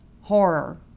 horror